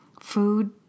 food